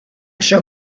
shall